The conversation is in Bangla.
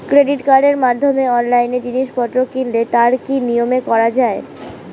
ক্রেডিট কার্ডের মাধ্যমে অনলাইনে জিনিসপত্র কিনলে তার কি নিয়মে করা যায়?